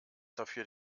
dafür